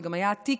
זה גם היה הטיקט,